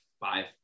five